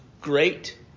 great